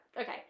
okay